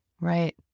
right